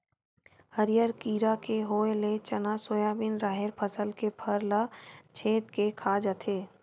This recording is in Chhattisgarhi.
हरियर कीरा के होय ले चना, सोयाबिन, राहेर फसल के फर ल छेंद के खा जाथे